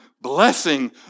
Blessing